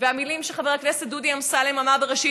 והמילים שחבר הכנסת דודי אמסלם אמר בראשית